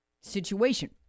situation